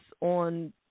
on